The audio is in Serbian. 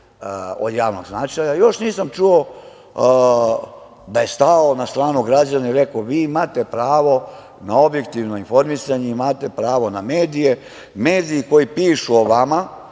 od javnog značaja stao na stranu građana i rekao – vi imate pravo na objektivno informisanje, imate pravo na medije, mediji koji pišu o vama